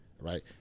right